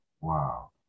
Wow